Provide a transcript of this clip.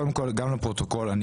גם לפרוטוקול.